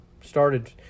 started